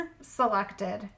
selected